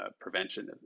prevention